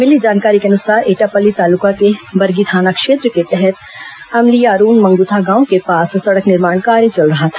मिली जानकारी के अनुसार एटापल्ली तालुका के बरगी थाना क्षेत्र के तहत अमलियारून मंग्था गांव के पास सड़क निर्माण कार्य चल रहा था